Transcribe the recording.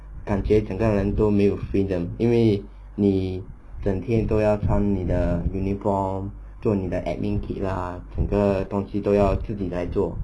感觉整个人都没有 freedom 因为你整天都要穿你的 uniform 做你的 admin kit ah 整个东西都要自己来做